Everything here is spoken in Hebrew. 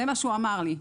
זה מה שהוא אמר לי.